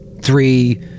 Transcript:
three